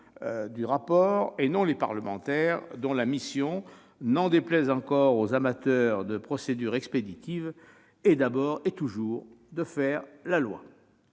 du rapport, et non les parlementaires, dont la mission, n'en déplaise aux amateurs de procédures expéditives, est d'abord et toujours de faire la loi.